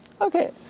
Okay